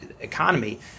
economy